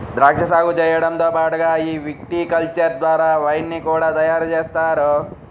ద్రాక్షా సాగు చేయడంతో పాటుగా ఈ విటికల్చర్ ద్వారా వైన్ ని కూడా తయారుజేస్తారు